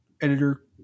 editor